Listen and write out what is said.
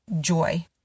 joy